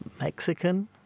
Mexican